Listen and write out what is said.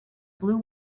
blue